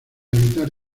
evitar